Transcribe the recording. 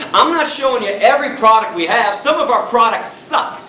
i'm not showing you every product we have, some of our products suck!